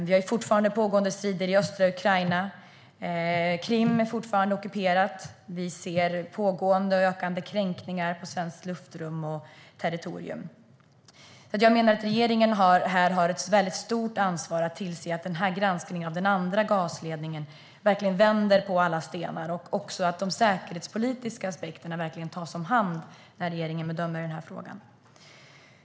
Vi har fortfarande pågående strider i östra Ukraina, Krim är fortfarande ockuperat och vi ser pågående och ökande kränkningar av svenskt luftrum och territorium. Jag menar att regeringen här har ett stort ansvar att tillse att man i granskningen av den andra gasledningen vänder på alla stenar och att de säkerhetspolitiska aspekterna verkligen tas om hand när regeringen bedömer den här frågan.